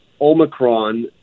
Omicron